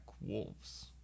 wolves